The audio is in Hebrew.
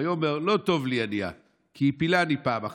ויאמר: לא טוב לי הנייה, כי הפילני פעם אחת.